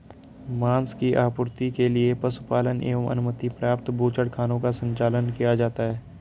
माँस की आपूर्ति के लिए पशुपालन एवं अनुमति प्राप्त बूचड़खानों का संचालन किया जाता है